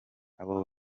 abo